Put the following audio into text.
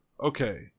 Okay